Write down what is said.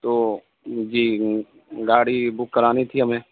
تو جی گاڑی بک کرانی تھی ہمیں